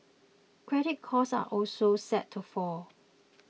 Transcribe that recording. credit costs are also set to fall